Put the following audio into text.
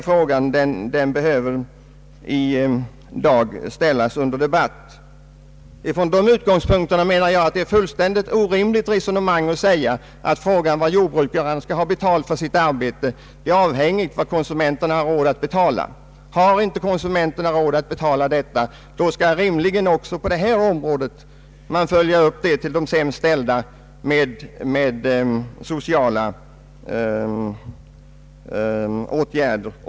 Från dessa utgångspunkter är det orimligt att frågan om vad jordbrukaren skall ha i betalning för sitt arbete skulle vara avhängig av vad de sämst lottade konsumenterna har råd att betala. Har inte konsumenterna råd att betala, måste man också på detta område rimligen genom sociala åtgärder se till att de sämst ställda kan betala.